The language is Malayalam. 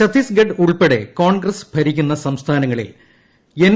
ഛത്തീസ്ഗഡ് ഉൾപ്പെടെ കോൺഗ്രസ് ഭരിക്കുന്ന സംസ്ഥാനങ്ങളിൽ എൻ